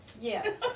Yes